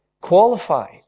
qualified